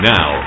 Now